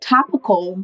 topical